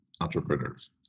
entrepreneurs